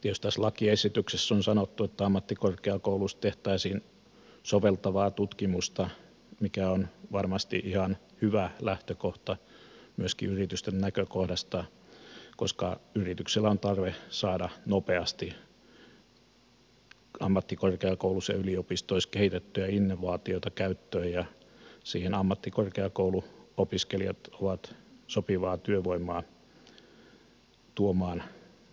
tietysti tässä lakiesityksessä on sanottu että ammattikorkeakouluissa tehtäisiin soveltavaa tutkimusta mikä on varmasti ihan hyvä lähtökohta myöskin yritysten näkökohdasta koska yrityksillä on tarve saada nopeasti ammattikorkeakouluissa ja yliopistoissa kehitettyjä innovaatioita käyttöön ja siihen ammattikorkeakouluopiskelijat ovat sopivaa työvoimaa tuomaan